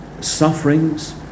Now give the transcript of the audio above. sufferings